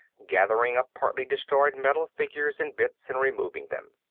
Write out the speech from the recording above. gathering up partly destroyed metal figures and bits and removing them.